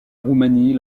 roumanie